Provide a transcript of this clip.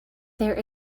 there